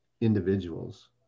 individuals